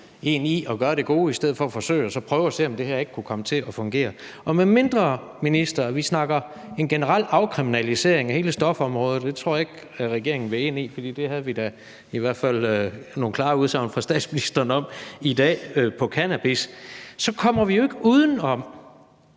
en i at gøre det gode, i stedet for at forsøge at prøve at se, om det her ikke kunne komme til at fungere. Medmindre, minister, vi snakker en generel afkriminalisering af hele stofområdet – det tror jeg ikke regeringen vil ind i, for det fik vi da i hvert fald nogle klare udsagn fra statsministeren om i dag med hensyn til cannabis – så kommer vi jo ikke uden